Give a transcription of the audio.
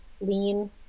Lean